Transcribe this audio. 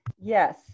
Yes